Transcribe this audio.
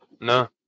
No